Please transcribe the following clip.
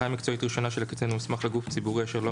מקצועית ראשונה של הקצין המוסמך לגוף ציבורי אשר לא